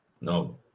no